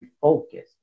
focus